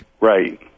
Right